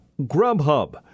Grubhub